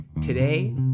Today